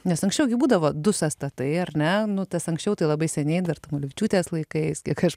nes anksčiau gi būdavo du sąstatai ar ne nu tas anksčiau tai labai seniai dar tamulevičiūtės laikais kiek aš